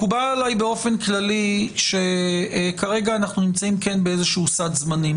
מקובל עלי באופן כללי שכרגע אנחנו נמצאים באיזשהו סד זמנים.